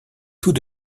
tout